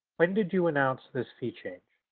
when did you announce this fee change?